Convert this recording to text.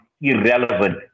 irrelevant